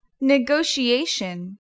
negotiation